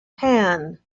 pan